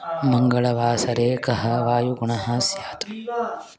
मङ्गलवासरे कः वायुगुणः स्यात्